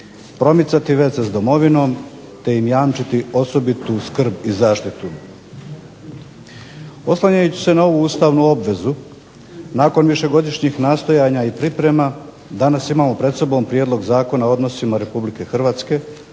promicati veze s domovinom, te im jamčiti osobitu skrb i zaštitu. Oslanjajući se na ovu ustavnu obvezu nakon višegodišnjih nastojanja i priprema danas imamo pred sobom Prijedlog Zakona o odnosima Republike Hrvatske